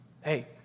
Hey